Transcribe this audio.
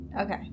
Okay